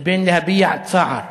לבין להביע צער.